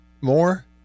More